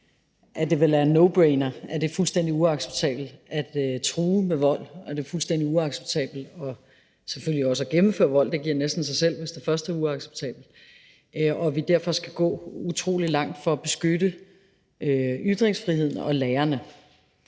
at det vel er en nobrainer, at det er fuldstændig uacceptabelt at true med vold, og at det selvfølgelig også er fuldstændig uacceptabelt at udføre vold; det giver næsten sig selv, hvis det første er uacceptabelt, og vi skal derfor gå utrolig langt for at beskytte ytringsfriheden og lærerne.